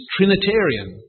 Trinitarian